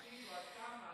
עד כמה?